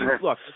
Look